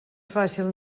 fàcil